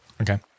okay